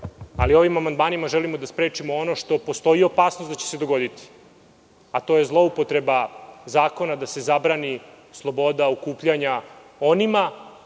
itd. Ovim amandmanima želimo da sprečimo ono za šta postoji opasnost da će se dogoditi, pa to je zloupotreba zakona da se zabrani sloboda okupljanja onima